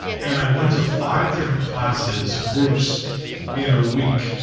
and i went to five different classes, groups in a week.